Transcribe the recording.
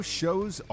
shows